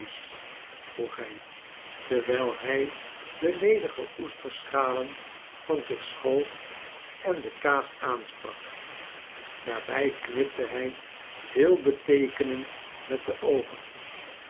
vroeg hij terwijl hij de ledige oesterschalen van zich schoof en de kaas aansprak daarbij knipte hij veelbeteekenend met de oogen